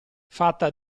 fatta